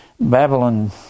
Babylon